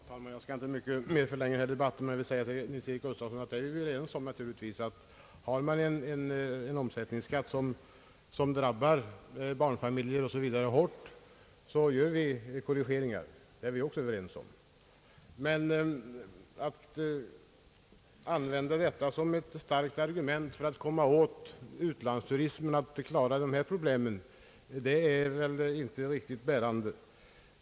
Herr talman! Jag skall inte mycket mer förlänga denna debatt. Men jag vill säga till herr Nils-Eric Gustafsson att vi naturligtvis är överens om att göra korrigeringar om man har en omsättningsskatt som hårt drabbar barnfamiljer och vissa andra grupper. Men att använda detta som ett starkt argument för att komma åt utlandsturismen är inte riktigt bärande.